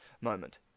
moment